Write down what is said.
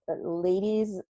Ladies